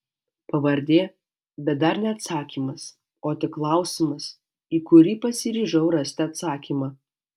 pavardė bet dar ne atsakymas o tik klausimas į kurį pasiryžau rasti atsakymą